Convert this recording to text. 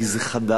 כי זה חדש,